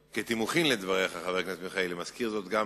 כתימוכין לדבריך, חבר הכנסת מיכאלי, מזכיר זאת גם